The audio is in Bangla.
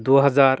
দু হাজার